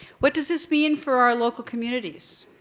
what does this mean for our local communities?